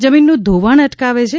જમીનનું ધોવાણ અટકાવે છે